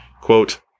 quote